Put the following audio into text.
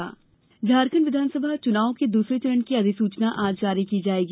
झारखंड अधिसूचना झारखण्ड विधानसभा चुनाव के दूसरे चरण की अधिसूचना आज जारी की जाएगी